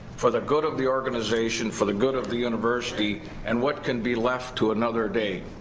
for the good of the organization, for the good of the university, and what can be left to another day,